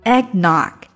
Eggnog